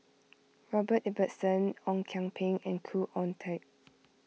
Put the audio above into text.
Robert Ibbetson Ong Kian Peng and Khoo Oon Teik